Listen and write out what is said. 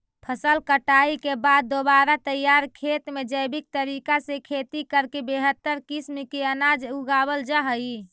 फसल कटाई के बाद दोबारा तैयार खेत में जैविक तरीका से खेती करके बेहतर किस्म के अनाज उगावल जा हइ